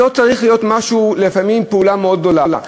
לפעמים היא לא צריכה להיות פעולה מאוד גדולה.